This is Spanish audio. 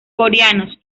coreanos